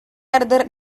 arder